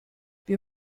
wir